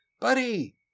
buddy